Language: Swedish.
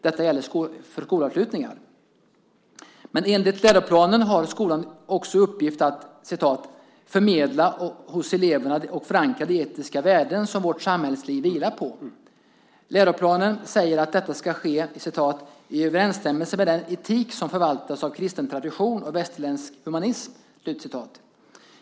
Detta gäller för skolavslutningar. Men enligt läroplanen har skolan i uppgift "att förmedla och hos eleverna förankra de värden som vårt samhällsliv vilar på". Läroplanen säger att detta ska ske "i överensstämmelse med den etik som förvaltats av kristen tradition och västerländsk humanism".